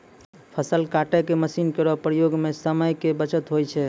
फसल काटै के मसीन केरो प्रयोग सें समय के बचत होय छै